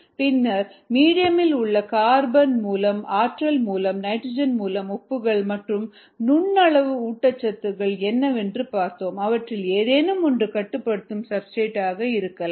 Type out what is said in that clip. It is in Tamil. பின்னர் மீடியமில் உள்ள கார்பன் மூலம் ஆற்றல் மூலம் நைட்ரஜன் மூலம் உப்புகள் மற்றும் நுண்ணளவு ஊட்டச்சத்துக்கள் என்னவென்று பார்த்தோம் அவற்றில் ஏதேனும் ஒன்று கட்டுப்படுத்தும் சப்ஸ்டிரேட் ஆக இருக்கலாம்